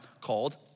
called